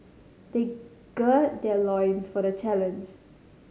they gird their loins for the challenge